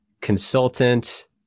consultant